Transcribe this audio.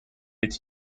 its